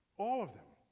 all of them.